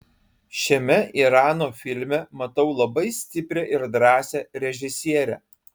šiame irano filme matau labai stiprią ir drąsią režisierę